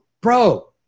bro